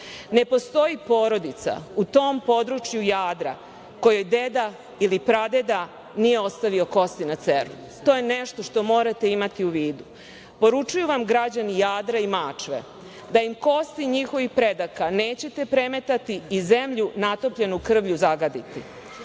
Ne postoji porodica u tom području Jadra kojoj deda ili pradeda nije ostavio kosti na Ceru. To je nešto što morate imati u vidu. Poručuju vam građani Jadra i Mačve da im kosti njihovih predaka nećete premetati i zemlju natopljenu krvlju zagaditi.